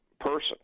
person